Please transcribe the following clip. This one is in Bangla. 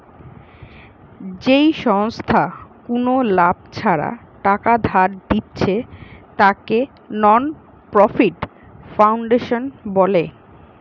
যেই সংস্থা কুনো লাভ ছাড়া টাকা ধার দিচ্ছে তাকে নন প্রফিট ফাউন্ডেশন বলে